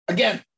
Again